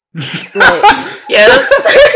Yes